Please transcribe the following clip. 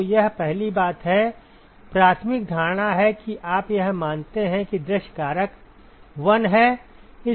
तो यह पहली बात है प्राथमिक धारणा है कि आप यह मानते हैं कि दृश्य कारक 1 है